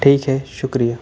ٹھیک ہے شُکریہ